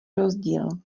rozdíl